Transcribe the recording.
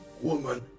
woman